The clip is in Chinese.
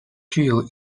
具有